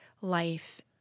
life